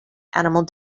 animal